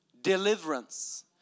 deliverance